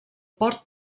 port